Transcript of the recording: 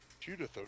Judith